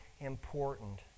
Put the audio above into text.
important